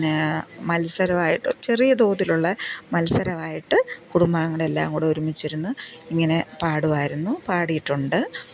മത്സരമായിട്ട് ചെറിയ തോതിലുള്ള മത്സരമായിട്ട് കുടുംബാംഗങ്ങൾ എല്ലാം കൂടെ ഒരുമിച്ചിരുന്ന് ഇങ്ങനെ പാടുമായിരുന്നു പാടിയിട്ടുണ്ട്